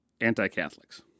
anti-Catholics